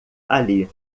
ali